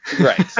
Right